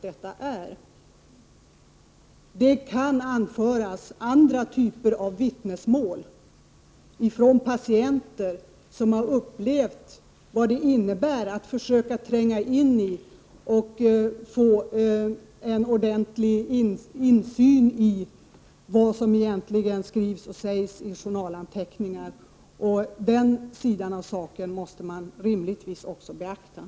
Det kan förekomma andra typer av vittnesmål från patienter som har erfarenheter när det gäller att försöka tränga in i eller få en ordentlig insyn i vad som egentligen står i journalanteckningarna. Den sidan av saken måste rimligtvis också beaktas.